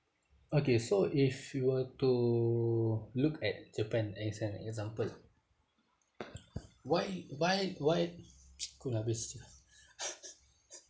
okay so if you were to look at japan as an example why why why kut habis